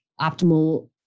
optimal